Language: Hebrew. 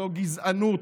זו גזענות,